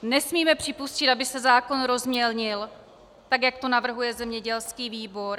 Nesmíme připustit, aby se zákon rozmělnil tak, jak to navrhuje zemědělský výbor.